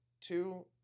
two